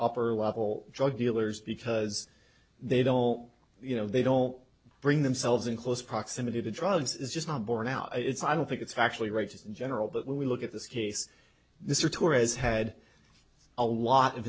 upper level drug dealers because they don't you know they don't bring themselves in close proximity to drugs is just not borne out it's i don't think it's actually right general but when we look at this case mr torres had a lot of